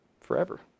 forever